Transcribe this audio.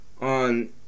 on